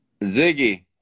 Ziggy